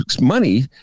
money